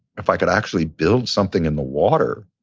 if i could actually build something in the water,